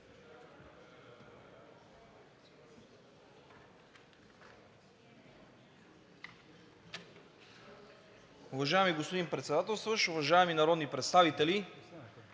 Уважаеми господин Председателстващ, уважаеми народни представители!